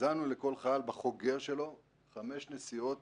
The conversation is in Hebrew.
הזנו לכל חייל בחוגר שלו חמש נסיעות